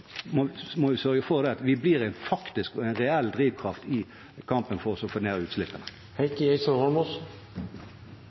må også sørge for at vi blir en faktisk og reell drivkraft i kampen for å få ned utslippene.